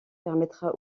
permettra